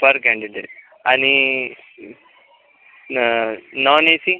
पर candidate आणि non A C